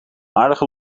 aardige